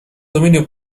dominio